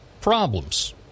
problems